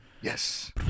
Yes